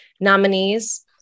nominees